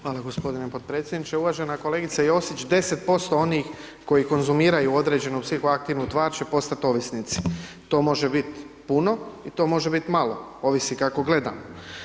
Hvala gospodine podpredsjedniče, uvažena kolegice Josić, 10% onih koji konzumiraju određenu psihoaktivnu tvar će postat ovisnici, to može bit puno i to može bit malo, ovisi kako gledamo.